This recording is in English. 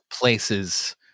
places